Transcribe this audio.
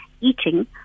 eating